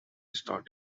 start